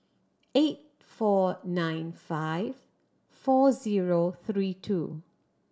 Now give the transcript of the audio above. eight four nine five four zero three two